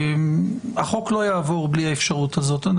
החוק לא יעבור בלי האפשרות הזאת.